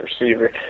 receiver